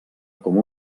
com